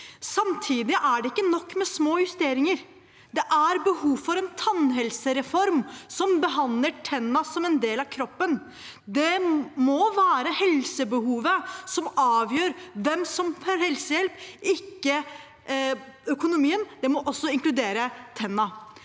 Samtidig er det ikke nok med små justeringer. Det er behov for en tannhelsereform som behandler tennene som en del av kroppen. Det må være helsebehovet som avgjør hvem som får helsehjelp, ikke økonomien. Det må også inkludere tennene.